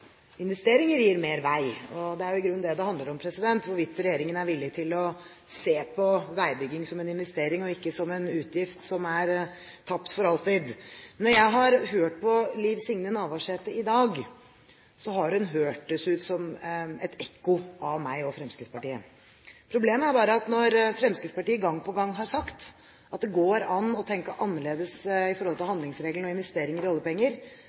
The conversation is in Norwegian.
investeringer gir mer vei. Det er i grunnen det det handler om – hvorvidt regjeringen er villig til å se på veibygging som en investering, og ikke som en utgift som er tapt for alltid. Når jeg har hørt Liv Signe Navarsete i dag, har hun hørt ut som et ekko av meg og Fremskrittspartiet. Problemet er bare at når Fremskrittspartiet gang på gang har sagt at det går an å tenke annerledes om handlingsregelen og investeringer i oljepenger,